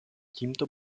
tímto